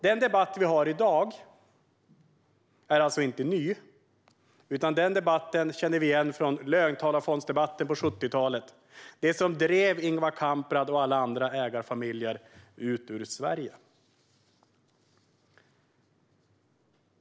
Den debatt vi har i dag är alltså inte ny, utan den debatten känner vi igen från löntagarfondsdebatten på 70-talet och det som drev Ingvar Kamprad och alla andra ägarfamiljer ut ur Sverige.